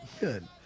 Good